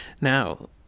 now